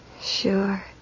Sure